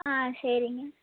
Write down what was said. ஆ சரிங்க